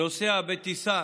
נוסע בטיסה